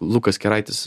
lukas keraitis